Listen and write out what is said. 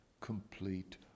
complete